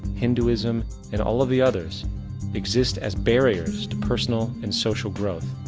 hinduism and all of the others exist as barriers to personal and social growth.